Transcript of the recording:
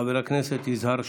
חבר הכנסת יזהר שי.